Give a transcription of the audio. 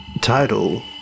title